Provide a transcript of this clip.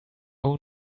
own